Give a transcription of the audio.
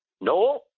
No